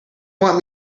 want